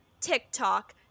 TikTok